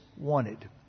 wanted